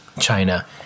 China